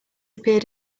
appeared